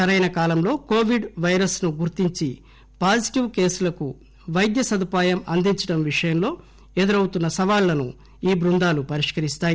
సరైన కాలంలో covid virus ను గుర్తించి పాజిటీవ్ కేసులకు పైద్య సదుపాయం అందించడం విషయంలో ఎదురౌతున్న సవాళ్లను ఈ బృందాలు పరిష్కరిస్తాయి